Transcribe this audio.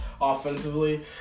offensively